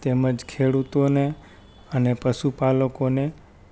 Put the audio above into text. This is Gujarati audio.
તેમજ ખેડુતોને અને પશુપાલકોને